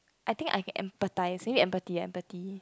I think I can empathise you need empathy empathy